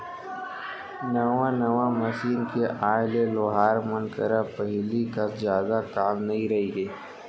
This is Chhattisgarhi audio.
नवा नवा मसीन के आए ले लोहार मन करा पहिली कस जादा काम नइ रइगे